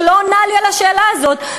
שלא עונה לי על השאלה הזאת,